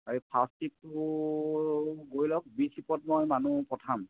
এই ফাৰ্ষ্ট শ্বিপটো গৈ লওক বি শ্বিপত মই মানুহ পঠিয়াম